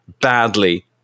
badly